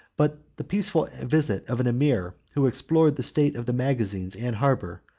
but the peaceful visit of an emir, who explored the state of the magazines and harbor,